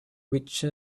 which